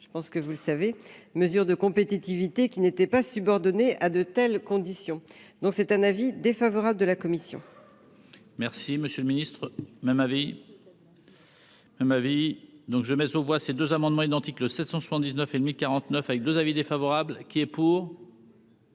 je pense que vous le savez, mesures de compétitivité qui n'était pas subordonnée à de telles conditions, donc c'est un avis défavorable de la commission. Merci, monsieur le Ministre, même avis ma vie. Donc je mais on voit ces deux amendements identiques le 1679 et 1049 avec 2 avis défavorable qui est pour.